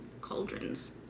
cauldrons